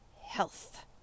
health